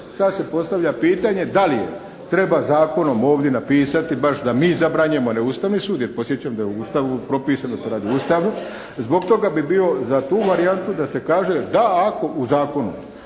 Sad se postavlja pitanje da li je treba zakonom ovdje napisati baš da mi zabranjujemo a ne Ustavni sud, jer podsjećam da je u Ustavu propisano to po Ustavu? Zbog toga bi bio za tu varijantu da se kaže da, ako u zakonu,